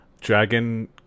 dragon